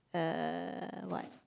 uh what